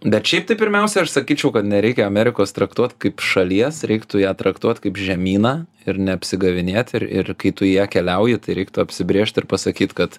bet šiaip tai pirmiausia aš sakyčiau kad nereikia amerikos traktuot kaip šalies reiktų ją traktuot kaip žemyną ir neapsigavinėt ir ir kai tu į ją keliauji tai reiktų apsibrėžt ir pasakyt kad